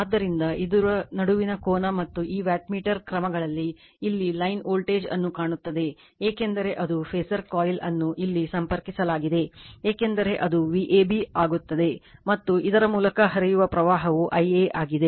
ಆದ್ದರಿಂದ ಇದರ ನಡುವಿನ ಕೋನ ಮತ್ತು ಈ ವ್ಯಾಟ್ಮೀಟರ್ ಕ್ರಮಗಳು ಇಲ್ಲಿ ಲೈನ್ ವೋಲ್ಟೇಜ್ ಅನ್ನು ಕಾಣುತ್ತದೆ ಏಕೆಂದರೆ ಅದು ಫಾಸರ್ ಕಾಯಿಲ್ ಅನ್ನು ಇಲ್ಲಿ ಸಂಪರ್ಕಿಸಲಾಗಿದೆ ಏಕೆಂದರೆ ಅದು Vab ಆಗುತ್ತದೆ ಮತ್ತು ಇದರ ಮೂಲಕ ಹರಿಯುವ ಪ್ರವಾಹವು Ia ಆಗಿದೆ